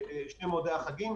בשני מועדי החגים.